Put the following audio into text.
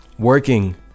Working